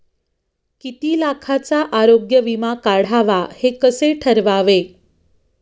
किती लाखाचा आरोग्य विमा काढावा हे कसे ठरवावे?